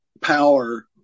power